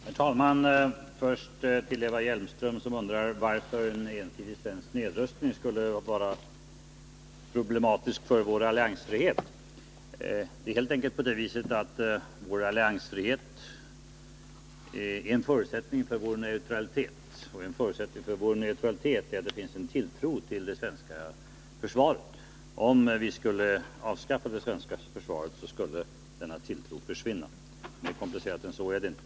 Herr talman! Eva Hjelmström undrade varför en ensidig svensk nedrustning skulle vara problematisk för vår alliansfrihet. Det är helt enkelt på det viset att vår alliansfrihet är en förutsättning för vår neutralitet. Och en förutsättning för vår neutralitet är att det finns en tilltro till det svenska försvaret. Om vi skulle avskaffa det svenska försvaret, skulle denna tilltro försvinna. Mer komplicerat än så är det inte.